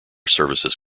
services